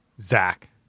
Zach